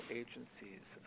agencies